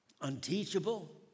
unteachable